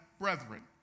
brethren